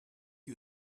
you